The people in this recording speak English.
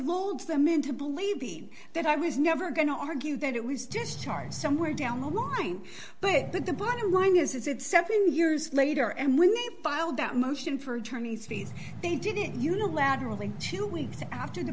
load them into believing that i was never going to argue that it was just hard somewhere down the line but the bottom line is it's seven years later and when they filed that motion for attorney's fees they didn't unilaterally two weeks after the